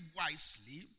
wisely